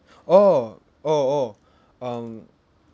oh oh oh um